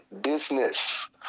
business